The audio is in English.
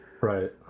right